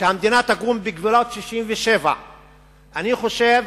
שהמדינה תקום בגבולות 1967. אני חושב